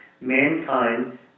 mankind